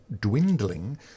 dwindling